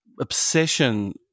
obsession